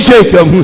Jacob